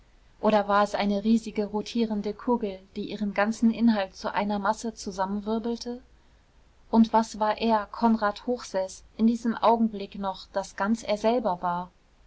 oder war er eine riesige rotierende kugel die ihren ganzen inhalt zu einer masse zusammenwirbelte und was war er konrad hochseß in diesem augenblick noch das ganz er selber war